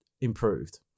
improved